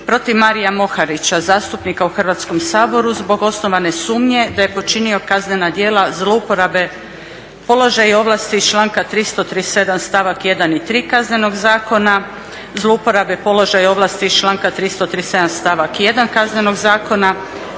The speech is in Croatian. protiv Maria Moharića zastupnika u Hrvatskom saboru zbog osnovane sumnje da je počinio kaznena djela zlouporabe položaja i ovlasti iz članka 337. stavak 1. i 3. Kaznenog zakona, zlouporabe položaja i ovlasti iz članka 337. stavak 1. Kaznenog zakona,